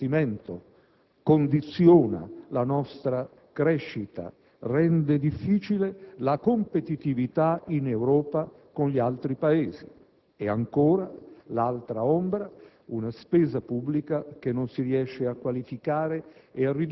un debito pubblico enorme che riusciamo appena a scalfire, con la conseguenza che il fardello degli interessi da pagare limita enormemente le spese di investimento,